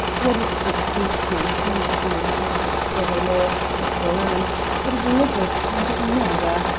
what is this hasty and clandestine encounter before the law of the land but a deliberate attempt at murder?